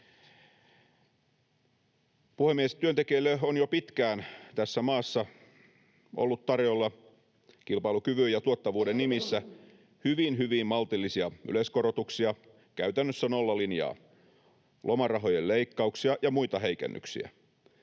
Puhemies! Työntekijöille on jo pitkään tässä maassa ollut tarjolla kilpailukyvyn ja tuottavuuden nimissä hyvin, hyvin maltillisia yleiskorotuksia, käytännössä nollalinjaa, lomarahojen leikkauksia ja muita heikennyksiä,